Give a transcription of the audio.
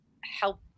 help